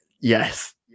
yes